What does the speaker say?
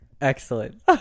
Excellent